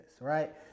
right